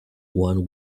one